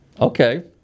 Okay